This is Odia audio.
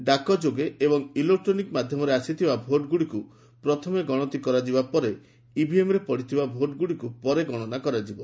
ଡାକ ଯୋଗେ ଏବଂ ଇଲୋକଟ୍ରୋନିକ ମାଧ୍ୟମରେ ଆସିଥିବା ଭୋଟ ଗୁଡିକୁ ପ୍ରଥମେ ଗଣତି କରାଯିବା ପରେ ଇଭିଏମରେ ପଡିଥିବା ଭୋଟ ଗୁଡିକୁ ପରେ ଗଣନା କରାଯିବ